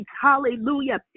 hallelujah